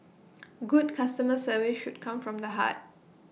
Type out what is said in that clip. good customer service should come from the heart